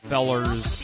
Fellers